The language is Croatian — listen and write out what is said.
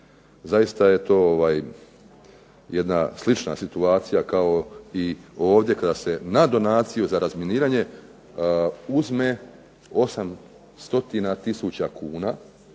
Zaista je to jedna slična situacija kao i ovdje kada se na donaciju za razminiranje uzme 800 tisuća